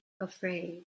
afraid